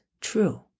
true